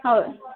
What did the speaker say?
ಹೌದಾ